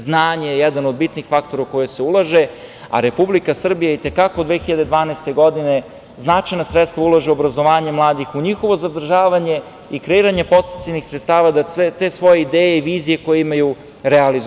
Znanje je jedan od bitnih faktora u koje se ulaže, a Republika Srbija i te kako od 2012. godine značajna sredstva ulaže u obrazovanje mladih, u njihovo zadržavanje i kreiranje podsticajnih sredstava da sve te svoje ideje i vizije koje imaju realizuju.